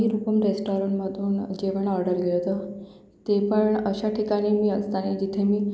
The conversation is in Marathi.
मी रुपम रेस्टॉरणमधून जेवण ऑर्डर केलंत ते पण अशा ठिकाणी मी असतानी जिथे मी